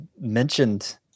mentioned